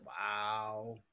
Wow